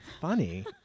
funny